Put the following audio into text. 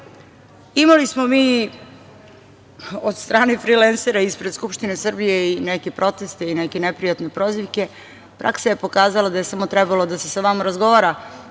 Imali smo mi od strane frilensera ispred Skupštine Srbije i neke proteste i neke neprijatne prozivke. Praksa je pokazala da je samo trebalo da se sa vama razgovara.